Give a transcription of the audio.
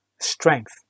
Strength